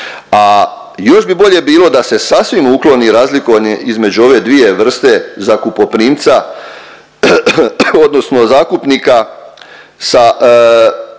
A još bi bolje bilo da se sasvim ukloni razlikovanje između ove dvije vrste zakupoprimca, odnosno zakupnika,